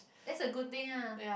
that's a good thing ah